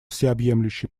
всеобъемлющий